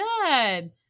Good